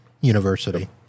University